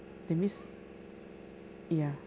that means ya